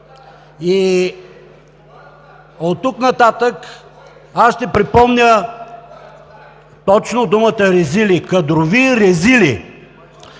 И оттук нататък аз ще припомням точно думата „резили“ – „кадрови резили“.